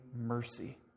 mercy